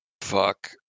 Fuck